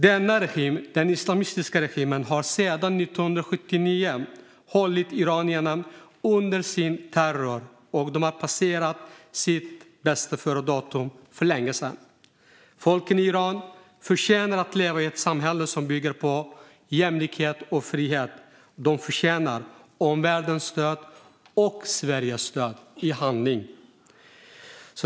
Denna regim, den islamistiska regimen, har sedan 1979 hållit iranierna i sin terror. Den har passerat sitt bästföredatum för länge sedan. Folken i Iran förtjänar att leva i ett samhälle som bygger på jämlikhet och frihet. De förtjänar omvärldens stöd och Sveriges stöd i handling.